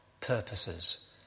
purposes